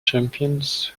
champions